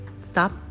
stop